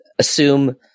assume